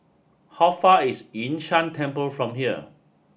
how far away is Yun Shan Temple from here